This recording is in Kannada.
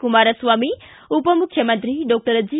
ಕುಮಾರಸ್ವಾಮಿ ಉಪಮುಖ್ಯಮಂತ್ರಿ ಡಾಕ್ಟರ್ ಜೆ